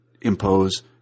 impose